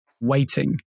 waiting